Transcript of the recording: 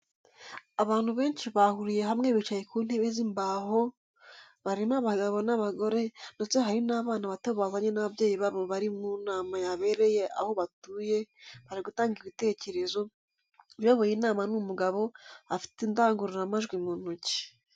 Abantu benshi bahuriye hamwe bicaye ku ntebe z'imbaho barimo abagabo n'abagore ndetse hari n'abana bato bazanye n'ababyeyi babo bari mu nama yabereye aho batuye bari gutanga ibitekerzo, uyoboye inama ni umugabo afite indangururamajwi mu ntoki.